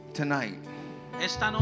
tonight